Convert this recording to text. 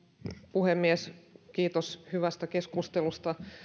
puhemies kiitos hyvästä keskustelusta